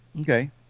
Okay